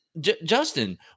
Justin